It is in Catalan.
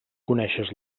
coneixes